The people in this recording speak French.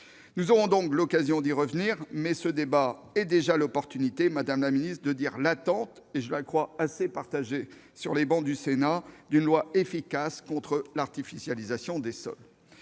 Nous aurons donc l'occasion d'y revenir, mais ce débat est déjà l'occasion d'exprimer l'attente, que je crois assez partagée sur les travées du Sénat, d'une loi efficace contre l'artificialisation des sols.